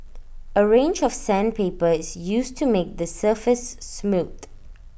A range of sandpaper is used to make the surface smooth